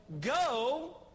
go